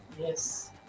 Yes